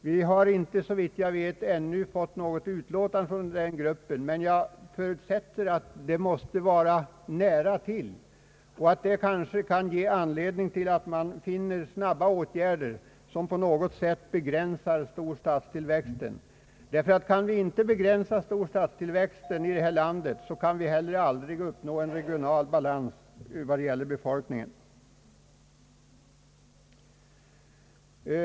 Vi har ännu inte, såvitt jag vet, fått något utlåtande från den gruppen, men jag förutsätter att det måste ligga nära i tiden. Detta kan kanske ge anledning till att det vidtas snabba åtgärder som på något sätt begränsar storstadstillväxten, ty kan vi inte begränsa storstadstillväxten, kan vi aldrig uppnå en regional balans när det gäller. befolkningen.